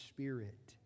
Spirit